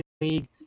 league